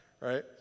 right